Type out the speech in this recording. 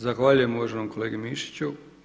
Zahvaljujem uvaženom kolegi Mišiću.